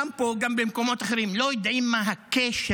גם פה, גם במקומות אחרים, לא יודעים מה הקשר